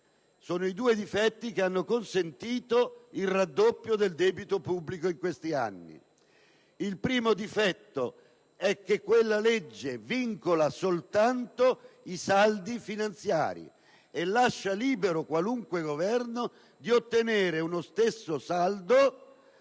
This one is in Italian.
sono quelli che hanno consentito il raddoppio del debito pubblico in questi anni. Il primo difetto è che quella legge vincola soltanto i saldi finanziari e lascia libero qualunque Governo di ottenere uno stesso saldo